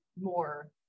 more